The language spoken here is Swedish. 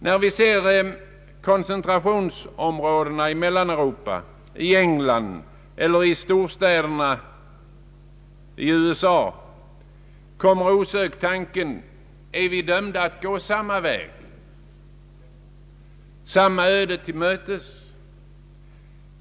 När vi ser koncentrationsområdena i Mellaneuropa, i England eller i USA uppkommer osökt tanken: är vi dömda att gå samma öde till mötes?